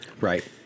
Right